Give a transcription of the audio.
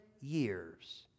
years